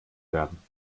werden